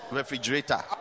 refrigerator